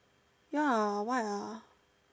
ya why ah